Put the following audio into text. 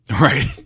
Right